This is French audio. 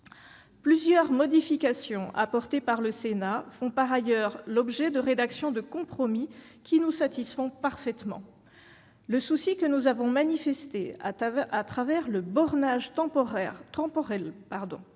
Plusieurs modifications apportées par le Sénat ont par ailleurs fait l'objet de rédactions de compromis, qui nous satisfont parfaitement. Le souci que nous avons manifesté à travers le bornage temporel de la taxe,